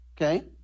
okay